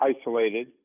isolated